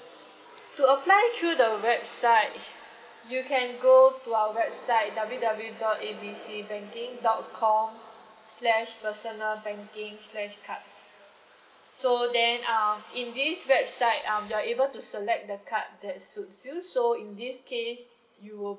to apply through the website you can go to our website W W dot A B C banking dot com slash personal banking slash cards so then um in this website um you are able to select the card that suits you so in this case you will